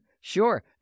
Sure